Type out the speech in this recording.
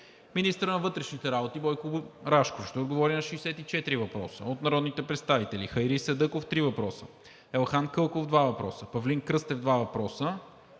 Министърът на вътрешните работи Бойко Рашков ще отговори на 64 въпроса от народните представители Хайри Садъков – два въпроса; Елхан Кълков – два въпроса; Павлин Кръстев – два въпроса;